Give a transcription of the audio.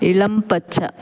ഇളം പച്ച